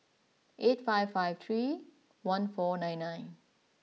eight five five three one four nine nine